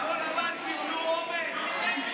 כחול לבן קיבלו אומץ.